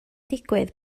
digwydd